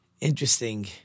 interesting